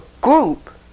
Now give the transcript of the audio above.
group